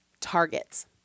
targets